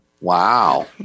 Wow